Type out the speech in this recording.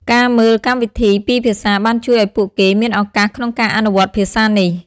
ការមើលកម្មវិធីពីរភាសាបានជួយឱ្យពួកគេមានឱកាសក្នុងការអនុវត្តភាសានេះ។